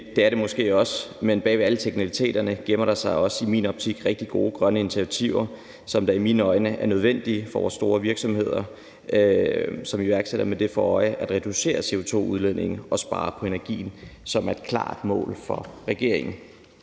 det er det måske også, men bag ved alle teknikaliteterne gemmer der sig i min optik også rigtig gode grønne initiativer, som i mine øjne er nødvendige for vores store virksomheder, og som vi iværksætter med det for øje at reducere CO2-udledningen og spare på energien, hvad der er et klart mål for regeringen.